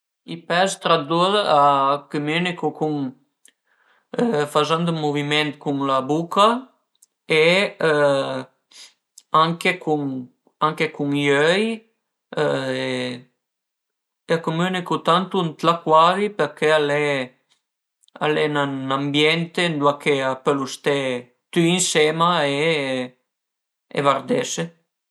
I pes tra lur a cumünicu cun fazent dë muviment cun la buca e anche cun anche cun i öi e a cumünicu tantu ën l'acuari përché al e al e 'n'ambiente ëndua a pölu ste tüi ënsema e guardese